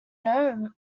know